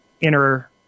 inner